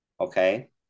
okay